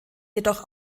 jedoch